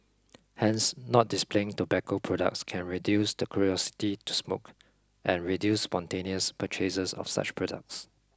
Hence not displaying tobacco products can reduce the curiosity to smoke and reduce spontaneous purchases of such products